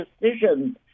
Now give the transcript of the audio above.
decisions